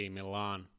Milan